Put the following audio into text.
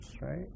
right